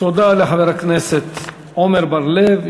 תודה לחבר הכנסת עמר בר-לב.